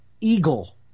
eagle